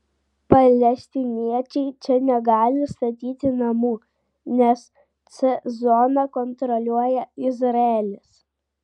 palestiniečiai čia negali statyti namų nes c zoną kontroliuoja izraelis